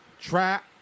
trap